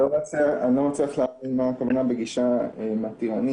אני לא מצליח להבין מה הכוונה הגישה מתירנית.